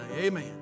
Amen